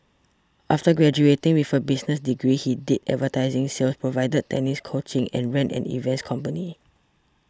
after graduating with a business degree he did advertising sales provided tennis coaching and ran an events company